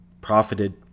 profited